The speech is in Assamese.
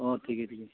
অঁ ঠিকে ঠিকে